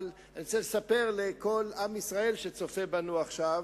אבל אני רוצה לספר לכל עם ישראל שצופה בנו עכשיו,